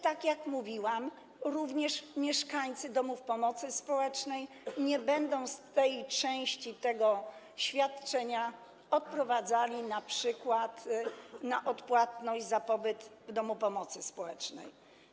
Tak jak mówiłam, również mieszkańcy domów pomocy społecznej nie będą z tej części tego świadczenia odprowadzali środków np. na odpłatność za pobyt w domu pomocy społecznej.